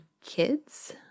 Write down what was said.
kids